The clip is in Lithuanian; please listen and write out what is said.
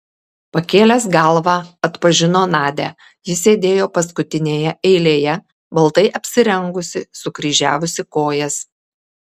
pakėlęs galvą atpažino nadią ji sėdėjo paskutinėje eilėje baltai apsirengusi sukryžiavusi kojas